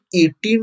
18